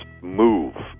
move